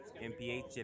MPH